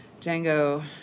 Django